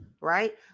Right